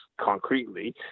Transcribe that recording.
concretely